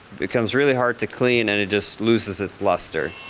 becomes really hard to clean and it just loses its luster.